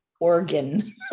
organ